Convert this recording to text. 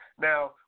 Now